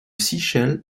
shell